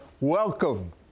Welcome